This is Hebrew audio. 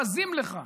בזים לך?